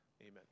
Amen